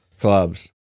clubs